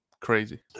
crazy